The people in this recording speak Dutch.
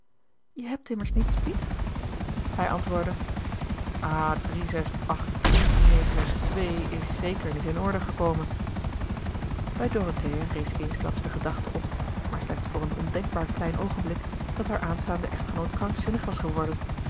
je hebt immers niets piet hij antwoordde drie is zeker niet in orde gekomen bij dorothea rees eensklaps de gedachte op maar slechts voor een ondenkbaar klein oogenblik dat haar aanstaande echtgenoot krankzinnig was geworden